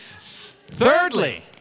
Thirdly